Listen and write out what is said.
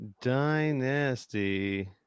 dynasty